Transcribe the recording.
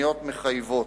שלטוניות מחייבות.